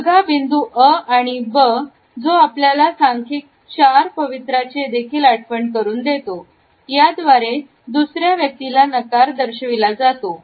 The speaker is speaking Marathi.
गुडघा बिंदू अ आणि बी जो आपल्याला सांख्यिक 4 पवित्राची देखील आठवण करून देतो याद्वारे दुसऱ्या व्यक्तीला नकार दर्शविला जातो